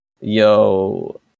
Yo